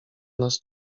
nas